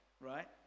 right